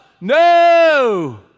no